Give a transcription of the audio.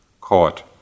caught